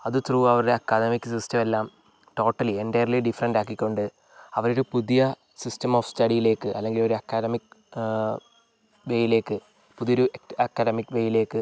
അത് ത്രൂ അവരുടെ academic system എല്ലാം ടോട്ടലി എന്റയർലി ഡിഫറെൻറ് ആക്കിക്കൊണ്ട് അവരൊരു പുതിയ സിസ്റ്റം ഓഫ് സ്റ്റഡിയിലേക്ക് അല്ലെങ്കിൽ ഒരു അക്കാഡമിക് വേയിലേക്ക് പുതിയൊരു അക്കാഡമിക് വേയിലേക്ക്